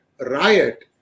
riot